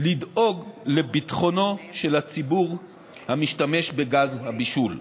לדאוג לביטחונו של הציבור המשתמש בגז הבישול.